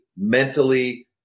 mentally